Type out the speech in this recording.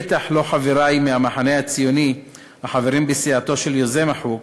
בטח לא חברי מהמחנה הציוני החברים בסיעתו של יוזם החוק.